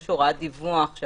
דיווח,